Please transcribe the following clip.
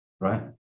right